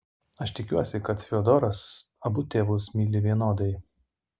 aš tikiuosi kad fiodoras abu tėvus myli vienodai